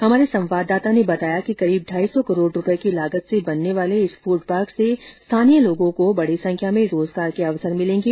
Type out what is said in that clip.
हमारे संवाददाता ने बताया कि करीब ढाई सौ करोड रूपए की लागत से बनने वाले इस फूड पार्क से स्थानीय लोगों को बडी संख्या में रोजगार के नए अवसर मिलेंगे